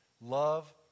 Love